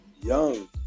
young